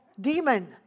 demon